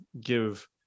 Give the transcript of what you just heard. give